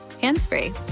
hands-free